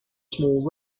small